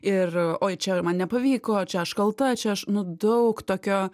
ir oi čia man nepavyko čia aš kalta čia aš nu daug tokio